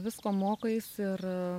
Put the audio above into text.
visko mokais ir